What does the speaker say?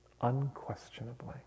unquestionably